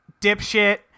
dipshit